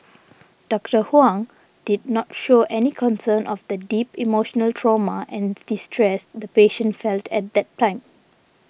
Doctor Huang did not show any concern of the deep emotional trauma and distress the patient felt at that time